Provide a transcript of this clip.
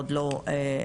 עוד לא בוצע.